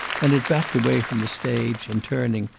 and it backed away from the stage and, turning,